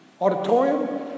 Auditorium